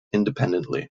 independently